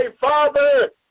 Father